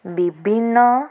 ବିଭିନ୍ନ